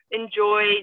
enjoy